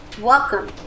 Welcome